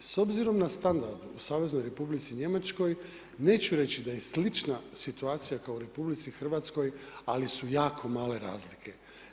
S obzirom na standard u Saveznoj Republici Njemačkoj, neću reći da je slična situacija kao u RH, ali su jako male razlike.